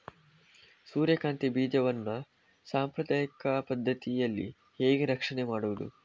ಸೂರ್ಯಕಾಂತಿ ಬೀಜವನ್ನ ಸಾಂಪ್ರದಾಯಿಕ ಪದ್ಧತಿಯಲ್ಲಿ ಹೇಗೆ ರಕ್ಷಣೆ ಮಾಡುವುದು